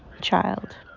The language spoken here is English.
child